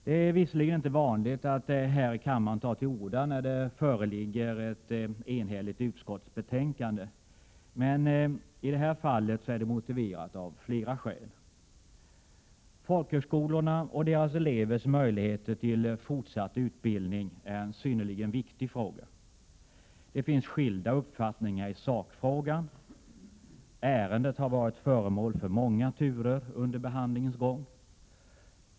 Det är visserligen inte vanligt att här i kammaren ta till orda när det föreligger ett enhälligt utskottsbetänkande, men i detta fall är det motiverat av flera skäl. Folkhögskolorna och deras elevers möjligheter till fortsatt utbildning är en synnerligen viktig fråga. Det finns skilda uppfattningar i sakfrågan. Ärendet har varit föremål för många turer under behandlingens gång.